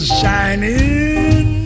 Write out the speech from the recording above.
shining